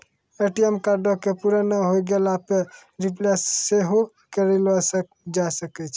ATM कार्डो के पुराना होय गेला पे रिप्लेस सेहो करैलो जाय सकै छै